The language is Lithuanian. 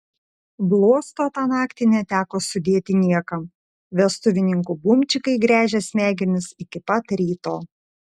bluosto tą naktį neteko sudėti niekam vestuvininkų bumčikai gręžė smegenis iki pat ryto